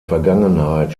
vergangenheit